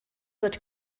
wird